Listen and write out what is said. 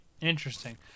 Interesting